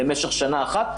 למשך שנה אחת.